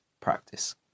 practice